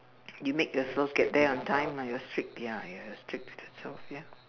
you make yourself get there on time ah you're strict ya ya you're strict to yourself ya